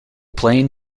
plane